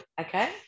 Okay